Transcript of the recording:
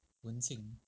wenqing